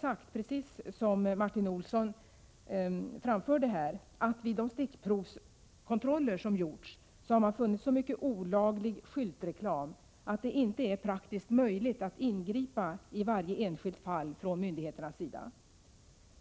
Socialstyrelsen har emellertid vid de stickprovskontroller som gjorts funnit så mycket olaglig skyltreklam att det inte är praktiskt möjligt att ingripa i varje enskilt fall från myndigheternas sida.